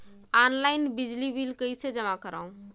Online बिजली bill कइसे जमा करव?